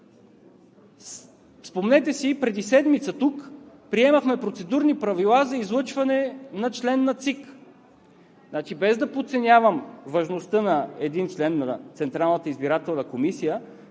Споменете си, че преди седмица тук приемахме процедурни правила за излъчване на член на ЦИК. Без да подценявам важността на един член на